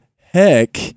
heck